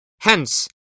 Hence